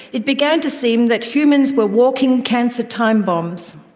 it began to seem that humans were walking cancer time bombs!